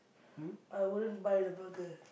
I wouldn't buy the burger